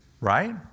right